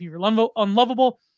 unlovable